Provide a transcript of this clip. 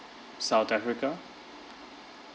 south africa